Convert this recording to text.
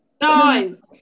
Nine